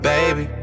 Baby